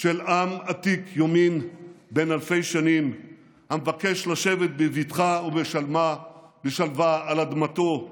של עם עתיק יומין בן אלפי שנים המבקש לשבת בבטחה ובשלווה על אדמתו,